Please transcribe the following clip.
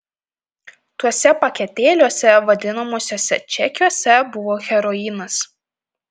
tuose paketėliuose vadinamuosiuose čekiuose buvo heroinas